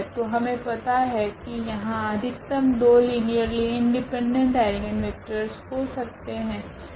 तो हमे पता है की यहाँ अधिकतम 2 लीनियरली इंडिपेंडेंट आइगनवेक्टरस हो सकता है